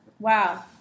Wow